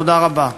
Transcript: תודה רבה.